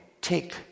take